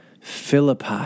Philippi